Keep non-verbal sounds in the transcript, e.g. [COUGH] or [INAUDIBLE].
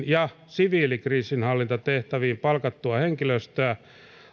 [UNINTELLIGIBLE] ja siviilikriisinhallintatehtäviin palkattua henkilöstöä